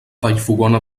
vallfogona